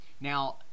Now